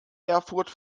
erfurt